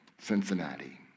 Cincinnati